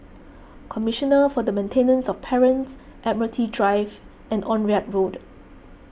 Commissioner for the Maintenance of Parents Admiralty Drive and Onraet Road